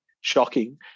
shocking